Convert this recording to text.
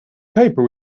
paper